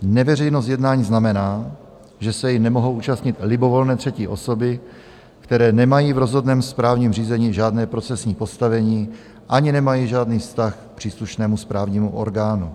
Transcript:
Neveřejnost jednání znamená, že se jí nemohou účastnit libovolné třetí osoby, které nemají v rozhodném správním řízení žádné procesní postavení ani nemají žádný vztah k příslušnému správnímu orgánu.